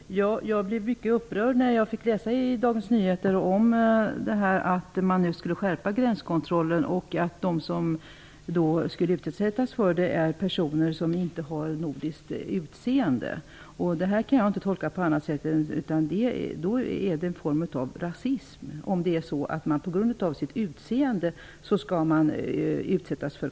Fru talman! Jag blev mycket upprörd när jag läste i Dagens Nyheter att gränskontrollen skall skärpas. De som skall utsättas för denna kontroll är personer som inte har nordiskt utseende. Att man på grund av sitt utseende skall utsättas för kontroller kan jag inte tolka på annat sätt än som en form av rasism.